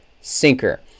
Sinker